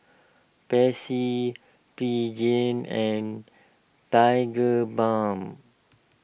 Pansy Pregain and Tigerbalm